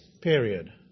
period